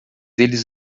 eles